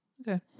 Okay